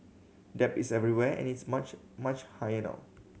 debt is everywhere and it's much much higher now